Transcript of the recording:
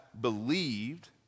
believed